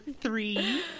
three